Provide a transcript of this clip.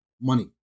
money